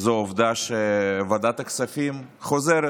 זה העובדה שוועדת הכספים חוזרת.